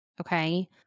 okay